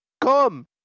come